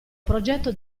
progetto